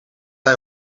hij